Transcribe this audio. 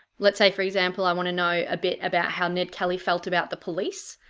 let's say for example i want to know a bit about how ned kelly felt about the police,